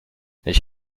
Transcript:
ich